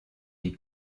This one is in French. des